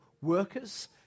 workers